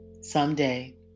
someday